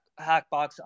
Hackbox